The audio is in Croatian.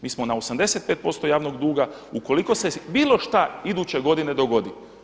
Mi smo na 85% javnog duga ukoliko se bilo šta iduće godine dogodi.